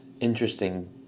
interesting